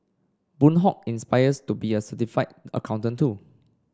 Boon Hock aspires to be a certified accountant too